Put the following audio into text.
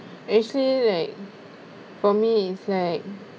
actually like for me is like